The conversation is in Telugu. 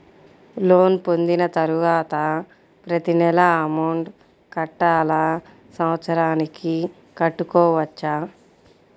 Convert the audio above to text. లోన్ పొందిన తరువాత ప్రతి నెల అమౌంట్ కట్టాలా? సంవత్సరానికి కట్టుకోవచ్చా?